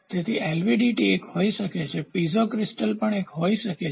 તેથી એલવીડીટી એક હોઈ શકે છે પીઝો ક્રિસ્ટલ પણ એક હોઈ શકે છે